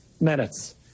minutes